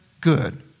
Good